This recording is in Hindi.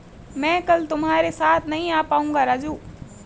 मैं कल तुम्हारे साथ नहीं आ पाऊंगा राजू